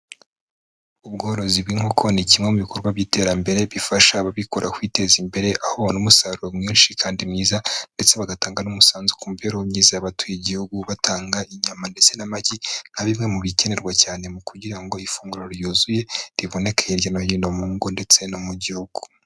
Ubworozi bw'inkoko ni kimwe mu bikorwa by'iterambere, bifasha ababikora kwiteza imbere, ahobabona umusaruro mwinshi kandi mwiza, ndetse bagatanga n'umusanzu ku mibereho myiza y'abatuye igihugu, batanga inyama ndetse n'amagi, nka bimwe mu bikenerwa cyane mu kugira ngo, ifunguro ryuzuye riboneke hirya no hino mu ngo ndetse no mu gihugu.